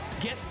get